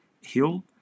Hill